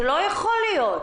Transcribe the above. זה לא יכול להיות.